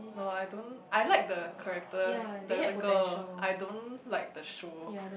no I don't I like the character the the girl I don't like the show